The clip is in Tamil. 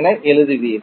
என எழுதுவீர்கள்